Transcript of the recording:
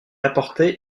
apportait